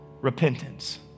Repentance